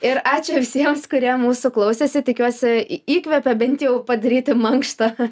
ir ačiū visiems kurie mūsų klausėsi tikiuosi įkvepia bent jau padaryti mankštą